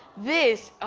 this oh!